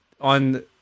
On